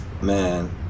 Man